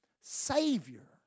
Savior